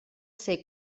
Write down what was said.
ser